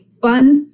fund